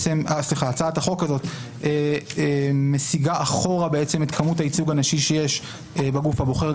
הצעת החוק הזאת מסיגה אחורה את כמות הייצוג הנשי שיש בגוף הבוחר,